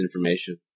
information